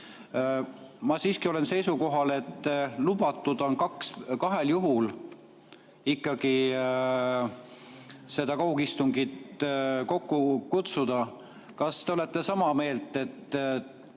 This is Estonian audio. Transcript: Ma siiski olen seisukohal, et kahel juhul on lubatud seda kaugistungit kokku kutsuda. Kas te olete sama meelt, et